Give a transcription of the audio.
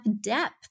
depth